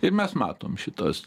ir mes matom šitos